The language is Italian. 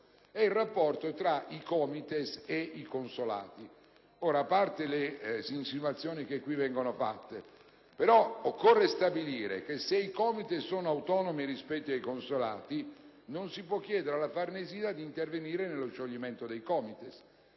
il rapporto tra i COMITES ed i consolati. A parte le insinuazioni che vi vengono fatte, occorre però stabilire che se i Comites sono autonomi rispetto ai consolati non si può chiedere alla Farnesina di intervenire nel loro scioglimento.